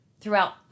throughout